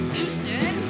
Houston